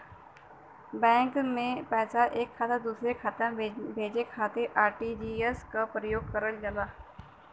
bank में पैसा एक खाता से दूसरे खाता में भेजे खातिर आर.टी.जी.एस क प्रयोग करल जाला